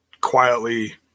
quietly